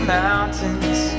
mountains